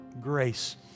grace